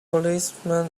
policemen